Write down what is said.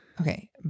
okay